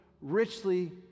richly